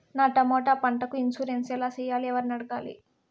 నా టమోటా పంటకు ఇన్సూరెన్సు ఎలా చెయ్యాలి? ఎవర్ని అడగాలి?